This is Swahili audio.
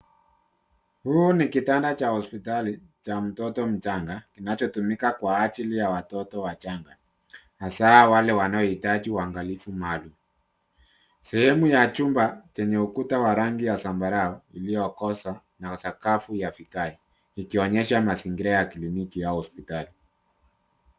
Hiki ni kitanda cha hosipitali cha mtoto mchanga kinachotumika kwa ajili ya watoto wachanga hasa wale wanahitaji wangalifu maalum. Sehemu ya chumba chenye ukuta wa rangi ya zambarau iliokoza na sakafu ya vigae ikionyesha mazingira ya kiliniki au hosipitali.